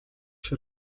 się